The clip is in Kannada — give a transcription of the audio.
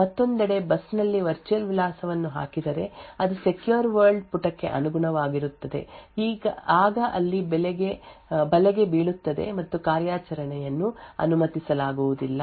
ಮತ್ತೊಂದೆಡೆ ಬಸ್ ನಲ್ಲಿ ವರ್ಚುಯಲ್ ವಿಳಾಸವನ್ನು ಹಾಕಿದರೆ ಅದು ಸೆಕ್ಯೂರ್ ವರ್ಲ್ಡ್ ಪುಟಕ್ಕೆ ಅನುಗುಣವಾಗಿರುತ್ತದೆ ಆಗ ಅಲ್ಲಿ ಬಲೆಗೆ ಬೀಳುತ್ತದೆ ಮತ್ತು ಕಾರ್ಯಾಚರಣೆಯನ್ನು ಅನುಮತಿಸಲಾಗುವುದಿಲ್ಲ